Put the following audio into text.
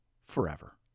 forever